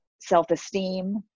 self-esteem